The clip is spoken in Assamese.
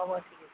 হ'ব ঠিক আছে